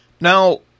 Now